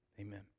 Amen